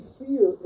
fear